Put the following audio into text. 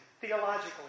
theologically